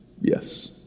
yes